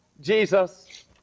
Jesus